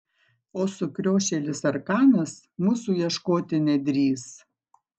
o sukriošėlis arkanas mūsų ieškoti nedrįs